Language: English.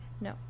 No